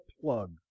plug